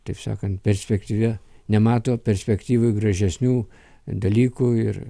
taip sakant perspektyvia nemato perspektyvoj gražesnių dalykų ir